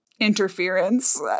interference